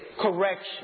correction